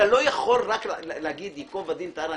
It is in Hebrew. אתה לא יכול להגיד ייקוב הדין את ההר,